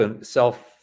self